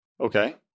Okay